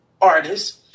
artists